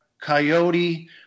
coyote